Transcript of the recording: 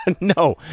No